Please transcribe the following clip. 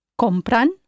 compran